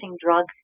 drugs